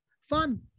fun